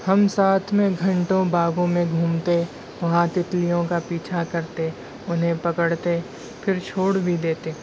ہم ساتھ میں گھنٹوں باغوں میں گھومتے وہاں تتلیوں کا پیچھا کرتے انہیں پکڑتے پھر چھوڑ بھی دیتے